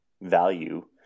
value